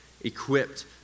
equipped